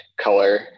color